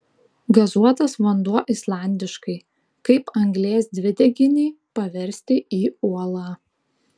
gazuotas vanduo islandiškai kaip anglies dvideginį paversti į uolą